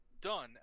done